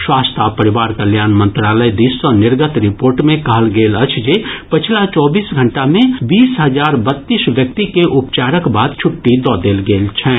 स्वास्थ्य आ परिवार कल्याण मंत्रालय दिस सँ निर्गत रिपोर्ट मे कहल गेल अछि जे पछिला चौबीस घंटा मे बीस हजार बत्तीस व्यक्ति के उपचारक बाद छुट्टी दऽ देल गेल छनि